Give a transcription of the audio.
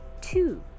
two